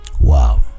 wow